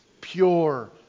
pure